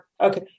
okay